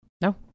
No